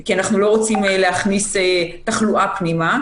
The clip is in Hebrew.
כי אנחנו לא רוצים להכניס תחלואה פנימה,